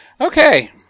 Okay